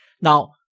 Now